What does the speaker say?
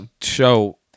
show